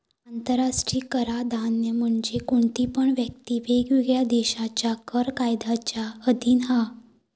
आंतराष्ट्रीय कराधान म्हणजे कोणती पण व्यक्ती वेगवेगळ्या देशांच्या कर कायद्यांच्या अधीन हा